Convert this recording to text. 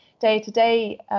day-to-day